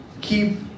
Keep